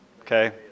Okay